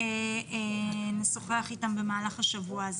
אנחנו נשוחח אתם במהלך השבוע הזה.